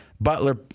Butler